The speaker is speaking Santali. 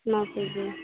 ᱱᱚᱣᱟᱠᱩᱡ ᱜᱮ